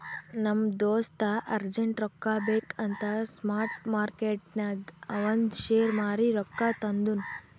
ನಮ್ ದೋಸ್ತ ಅರ್ಜೆಂಟ್ ರೊಕ್ಕಾ ಬೇಕ್ ಅಂತ್ ಸ್ಪಾಟ್ ಮಾರ್ಕೆಟ್ನಾಗ್ ಅವಂದ್ ಶೇರ್ ಮಾರೀ ರೊಕ್ಕಾ ತಂದುನ್